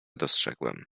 dostrzegłem